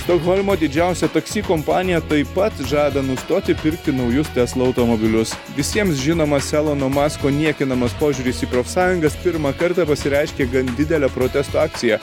stokholmo didžiausia taksi kompanija taip pat žada nustoti pirkti naujus tesla automobilius visiems žinomas elono masko niekinamas požiūris į profsąjungas pirmą kartą pasireiškė gan didele protesto akcija